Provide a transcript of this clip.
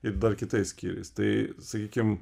ir dar kitais skyriais tai sakykim